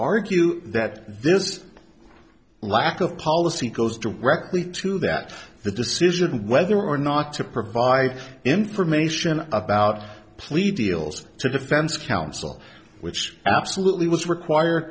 argue that there is a lack of policy goes directly to that the decision whether or not to provide information about plead eales to defense counsel which absolutely was required